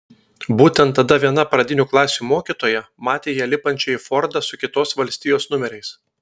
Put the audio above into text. būtent tada viena pradinių klasių mokytoja matė ją lipančią į fordą su kitos valstijos numeriais